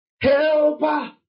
Helper